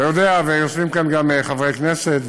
אתה יודע ויושבים כאן גם חברי כנסת,